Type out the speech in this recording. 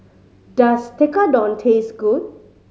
does Tekkadon taste good